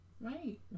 Right